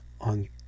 on